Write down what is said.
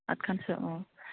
आदखानसो अ